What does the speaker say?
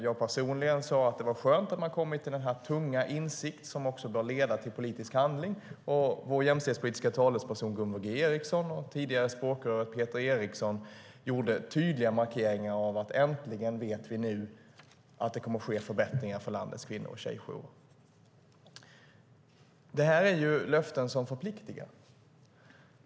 Jag personligen sade att det var skönt att man kommit till denna tunga insikt, som också bör leda till politisk handling. Vår jämställdhetspolitiska talesperson Gunvor G Ericson och tidigare språkröret Peter Eriksson gjorde tydliga markeringar av att vi nu äntligen vet att det kommer att ske förbättringar på landets kvinno och tjejjourer. Det här är löften som förpliktigar.